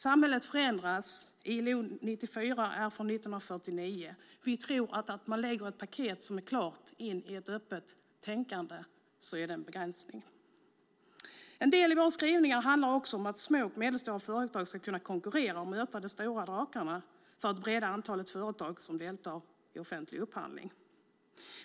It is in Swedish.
Samhället förändras, ILO 94 är från 1949. Vi tror att det är en begränsning att lägga in ett paket som är klart i ett öppet tänkande. En del i våra skrivningar handlar också om att små och medelstora företag ska kunna konkurrera och möta de stora drakarna för att bredda antalet företag som deltar i offentlig upphandling.